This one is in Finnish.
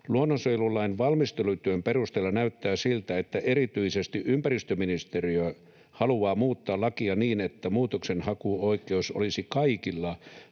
Luonnonsuojelulain valmistelutyön perusteella näyttää siltä, että erityisesti ympäristöministeriö haluaa muuttaa lakia niin, että muutoksenhakuoikeus olisi kaikilla